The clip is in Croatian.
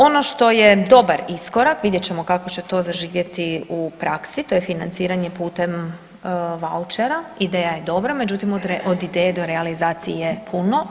Ono što je dobar iskorak, vidjet ćemo kako će to zaživjeti u praksi, to je financiranje putem vaučera, ideja je dobra, međutim od ideje do realizacije je puno.